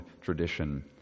tradition